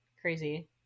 Crazy